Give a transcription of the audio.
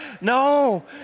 No